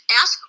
ask